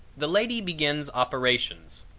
the lady begins operations.